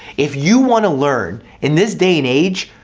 if you wanna learn, in this day and age,